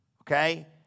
Okay